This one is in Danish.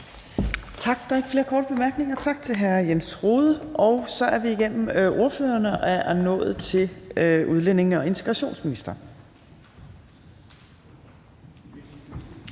Tak. Der er ikke flere korte bemærkninger. Tak til hr. Jens Rohde. Så er vi igennem ordførerrækken og er nået til udlændinge- og integrationsministeren.